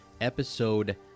episode